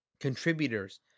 contributors